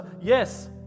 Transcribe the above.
Yes